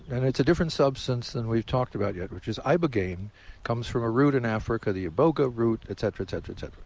and it's a different substance than what we've talked about yet, which is ibogaine comes from a root in africa, the iboga root, etcetera, etcetera, etcetera.